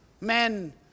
Men